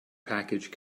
package